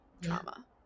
trauma